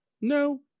no